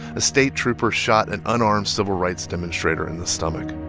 a state trooper shot an unarmed civil rights demonstrator in the stomach